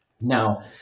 Now